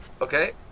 Okay